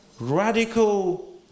Radical